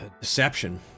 deception